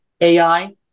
AI